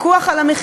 מה זה?